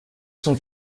sont